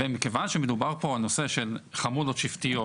ומכיוון שמדובר פה על נושא של חמולות שבטיות,